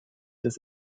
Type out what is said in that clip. des